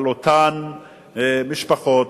על אותן משפחות,